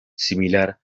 similar